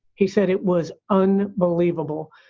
he said it was unbelievable.